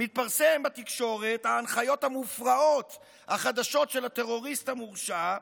מתפרסמות בתקשורת ההנחיות המופרעות החדשות של הטרוריסט המורשע,